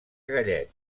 gallet